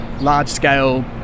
large-scale